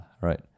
right